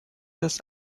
das